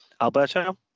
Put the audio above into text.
Alberto